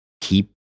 keep